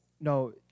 no